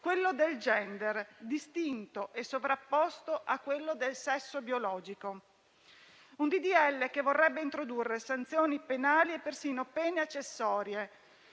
quello del *gender,* distinto e sovrapposto a quello del sesso biologico. È un disegno di legge che vorrebbe introdurre sanzioni penali e persino pene accessorie,